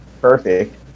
perfect